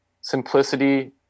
Simplicity